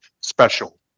special